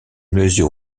mesure